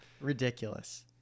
Ridiculous